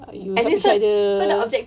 you see ada